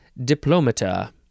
diplomata